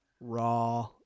raw